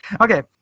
Okay